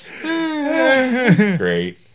Great